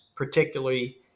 particularly